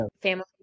family